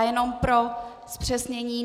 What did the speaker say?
Jenom pro zpřesnění.